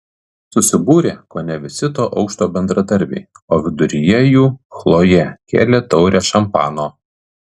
susibūrė kone visi to aukšto bendradarbiai o viduryje jų chlojė kėlė taurę šampano